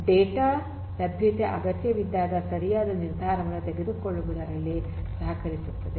data ಲಭ್ಯತೆ ಅಗತ್ಯವಿದ್ದಾಗ ಸರಿಯಾದ ನಿರ್ಧಾರವನ್ನು ತೆಗೆದುಕೊಳ್ಳುವುದರಲ್ಲಿ ಸಹಕರಿಸುತ್ತದೆ